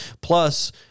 plus